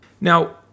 Now